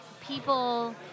people